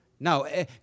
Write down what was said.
No